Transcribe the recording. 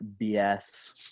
bs